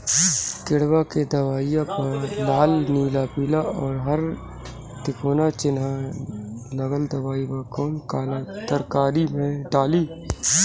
किड़वा के दवाईया प लाल नीला पीला और हर तिकोना चिनहा लगल दवाई बा कौन काला तरकारी मैं डाली?